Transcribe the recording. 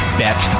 bet